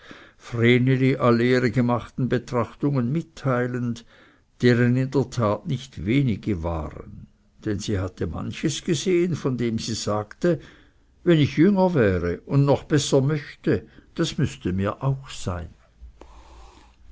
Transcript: alle ihre gemachten betrachtungen mitteilend deren in der tat nicht wenige waren denn sie hatte manches gesehen von dem sie sagte wenn ich jünger wäre und noch besser möchte das müßte mir auch sein